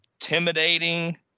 intimidating